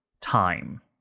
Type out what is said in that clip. time